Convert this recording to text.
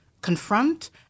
confront